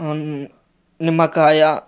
నిమ్మకాయ